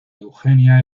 eugenia